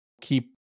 keep